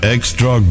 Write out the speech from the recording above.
Extra